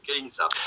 Giza